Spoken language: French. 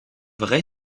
vrai